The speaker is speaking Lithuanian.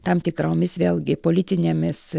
tam tikromis vėlgi politinėmis